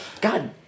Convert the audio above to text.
God